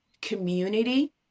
community